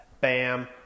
BAM